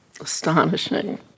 astonishing